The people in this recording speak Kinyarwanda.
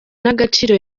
n’agaciro